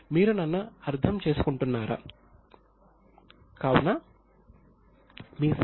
మీరు నన్ను అర్థం చేసుకుంటున్నారా